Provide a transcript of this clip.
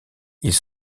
ils